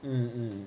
um